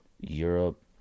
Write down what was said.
Europe